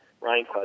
Ryan